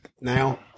Now